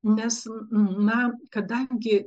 nes na kadangi